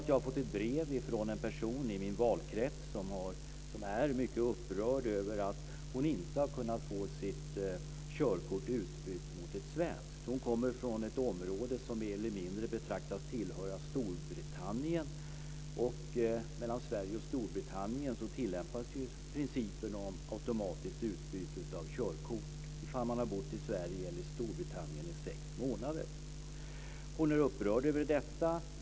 Jag har fått ett brev från en person i min valkrets som är mycket upprörd över att hon inte har kunnat få sitt körkort utbytt mot ett svenskt. Hon kommer från ett område som mer eller mindre betraktas tillhöra Storbritannien. Mellan Sverige och Storbritannien tillämpas principen om automatiskt utbyte av körkort ifall man har bott i Sverige eller Storbritannien i sex månader. Hon är upprörd över detta.